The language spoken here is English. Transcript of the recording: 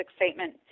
excitement